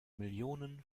millionen